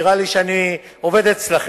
נראה לי שאני עובד אצלכם.